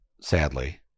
sadly